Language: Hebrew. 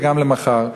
וגם למחר,